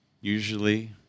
usually